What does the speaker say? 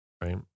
right